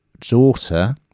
daughter